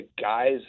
guys